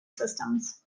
systems